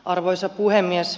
arvoisa puhemies